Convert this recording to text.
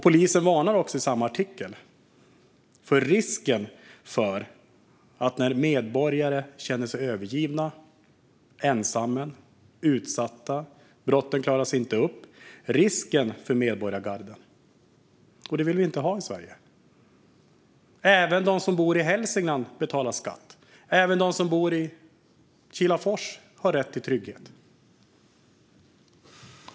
Polisen varnar i samma artikel för risken för medborgargarden när medborgare känner sig övergivna, ensamma och utsatta och när brotten inte klaras upp. Det vill vi inte ha i Sverige. Även de som bor i Hälsingland betalar skatt. Även de som bor i Kilafors har rätt till trygghet.